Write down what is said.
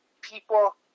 people